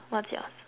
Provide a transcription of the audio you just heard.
what's yours